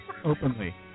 Openly